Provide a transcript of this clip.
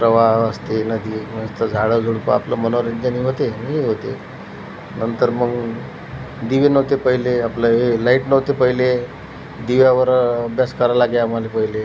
प्रवाह असते नदी मस्त झाडंझुडपं आपलं मनोरंजनही होते नि होते नंतर मग दिवे नव्हते पहिले आपलं हे लाईट नव्हते पहिले दिव्यावर अभ्यास करावं लागे आम्हाला पहिले